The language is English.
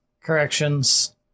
corrections